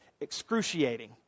excruciating